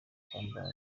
kwambara